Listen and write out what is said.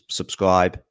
subscribe